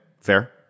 Fair